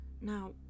Now